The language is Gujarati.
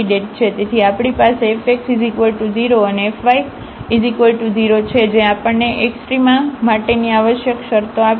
તેથી આપણી પાસે fx 0 fy 0 છે જે આપણને એક્સ્ટ્રામા માટેની આવશ્યક શરતો આપશે